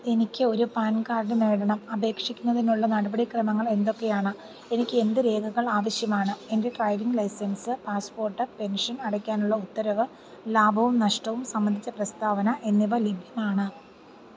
എനിക്ക് ഒരു PAN card നേടണം അപേക്ഷിക്കുന്നതിനുള്ള നടപടിക്രമങ്ങൾ എന്തൊക്കെയാണ് എനിക്ക് എന്ത് രേഖകൾ ആവശ്യമാണ് എൻ്റെ ഡ്രൈവിംഗ് ലൈസൻസ് പാസ്പോർട്ട് പെൻഷൻ അടയ്ക്കാനുള്ള ഉത്തരവ് ലാഭവും നഷ്ടവും സംബന്ധിച്ച പ്രസ്താവന എന്നിവ ലഭ്യമാണ്